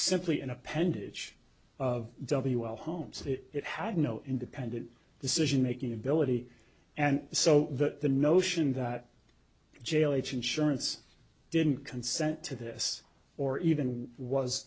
simply an appendage of w l home so that it had no independent decision making ability and so that the notion that jail each insurance didn't consent to this or even was